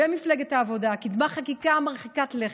מפלגת העבודה קידמה חקיקה מרחיקת לכת: